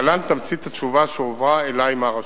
להלן תמצית התשובה שהועברה אלי מהרשות.